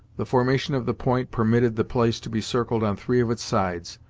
the formation of the point permitted the place to be circled on three of its sides,